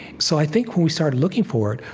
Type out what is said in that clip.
so i think, when we start looking for it,